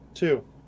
Two